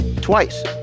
twice